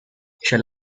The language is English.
shall